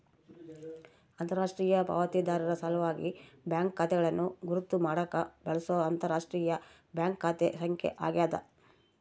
ಅಂತರರಾಷ್ಟ್ರೀಯ ಪಾವತಿದಾರರ ಸಲ್ವಾಗಿ ಬ್ಯಾಂಕ್ ಖಾತೆಗಳನ್ನು ಗುರುತ್ ಮಾಡಾಕ ಬಳ್ಸೊ ಅಂತರರಾಷ್ಟ್ರೀಯ ಬ್ಯಾಂಕ್ ಖಾತೆ ಸಂಖ್ಯೆ ಆಗ್ಯಾದ